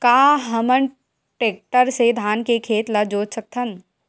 का हमन टेक्टर से धान के खेत ल जोत सकथन?